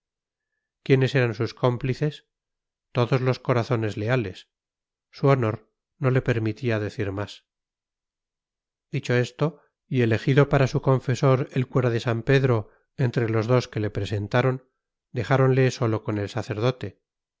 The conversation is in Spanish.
quiénes eran sus cómplices todos los corazones leales su honor no le permitía decir más dicho esto y elegido para su confesor el cura de san pedro entre los dos que le presentaron dejáronle solo con el sacerdote